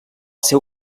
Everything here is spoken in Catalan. seu